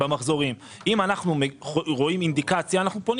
אם אנחנו רואים אינדיקציה אנחנו פונים